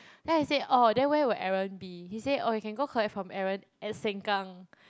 then I said oh then where will Aaron be she say oh you can go collect from Aaron at Sengkang